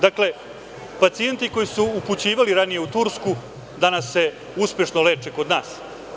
Dakle, pacijenti koji su se upućivali ranije u Tursku danas se uspešno leče kod nas.